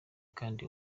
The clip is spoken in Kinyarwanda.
kandi